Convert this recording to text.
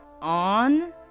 on